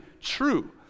true